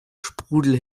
sprudel